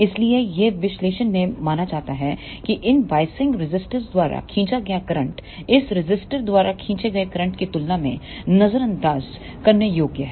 इसलिए यह विश्लेषण में माना जाता है कि इन बायसिंग रजिस्टर द्वारा खींचा गया करंट इस रजिस्टर द्वारा खींचे गए करंट की तुलना में नज़रन्दाज करने योग्य है